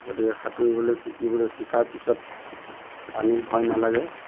গতিকে সাঁতুৰিবলৈ শিকিবলৈ শিকাৰ পিছত পানী ভয় নালাগে